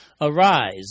Arise